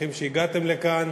שמחים שהגעתם לכאן.